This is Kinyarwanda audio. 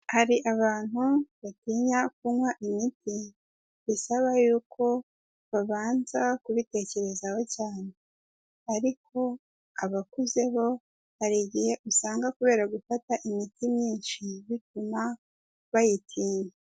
Hari abantu batinya kunywa imiti bisaba yuko ba banza kubitekerezaho cyane ariko abakuze bo hari igihe usanga kubera gufata imiti myinshi bituma bayitinya.